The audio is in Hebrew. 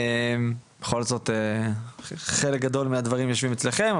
בכל זאת חלק גדול מהדברים יושבים אצלכם,